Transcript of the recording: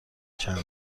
چند